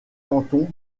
canton